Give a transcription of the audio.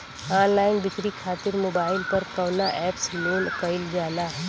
Online बिक्री खातिर mobile पर कवना एप्स लोन कईल जाला?